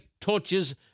torches